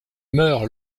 meurt